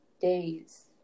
days